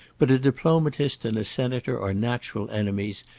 but a diplomatist and a senator are natural enemies,